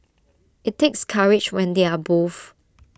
IT takes courage when they are both